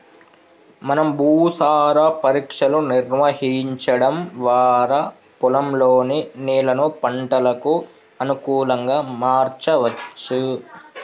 మనం భూసార పరీక్షలు నిర్వహించడం వారా పొలంలోని నేలను పంటలకు అనుకులంగా మార్చవచ్చు